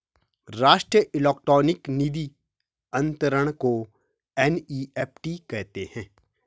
राष्ट्रीय इलेक्ट्रॉनिक निधि अनंतरण को एन.ई.एफ.टी कहते हैं